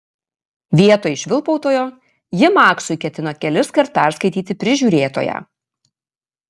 vietoj švilpautojo ji maksui ketino keliskart perskaityti prižiūrėtoją